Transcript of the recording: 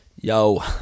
Yo